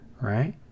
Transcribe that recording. right